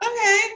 Okay